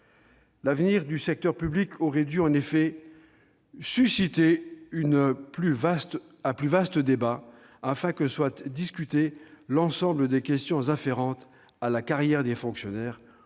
L'avenir du secteur public aurait dû en effet susciter un plus vaste débat, afin que soit discuté l'ensemble des questions afférentes à la carrière des fonctionnaires, au statut